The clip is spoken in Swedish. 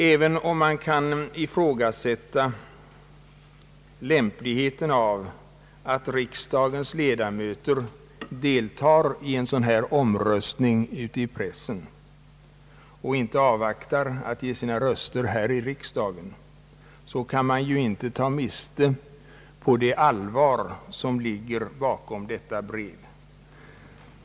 Även om vi kan ifrågasätta lämpligheten av att riksdagens ledamöter deltar i en sådan här omröstning ute i pressen i stället för att avvakta och i sinom tid avge sina röster här i riksdagen, kan vi inte ta miste på det allvar som ligger bakom detta brev.